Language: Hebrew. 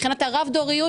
מבחינת הרב דוריות.